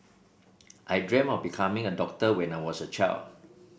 I dreamt of becoming a doctor when I was a child